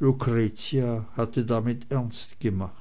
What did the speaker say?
lucretia hatte damit ernst gemacht